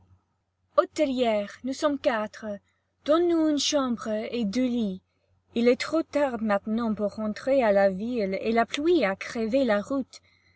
hôtelier nous sommes quatre donne-nous une chambre et deux lits il est trop tard maintenant pour rentrer à la ville et la pluie a crevé la route